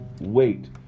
Wait